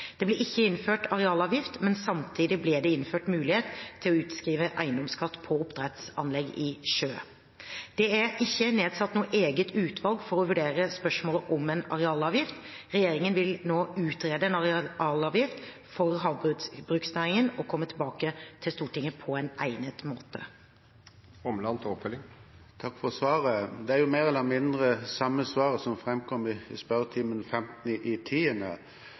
Det ble ikke innført arealavgift, men samtidig ble det innført mulighet til å utskrive eiendomsskatt på oppdrettsanlegg i sjø. Det er ikke nedsatt noe eget utvalg for å vurdere spørsmålet om en arealavgift. Regjeringen vil nå utrede en arealavgift for havbruksnæringen og komme tilbake til Stortinget på en egnet måte. Takk for svaret. Det er jo mer eller mindre det samme svaret som framkom i spørretimen 15.